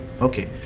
okay